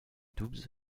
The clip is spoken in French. doubs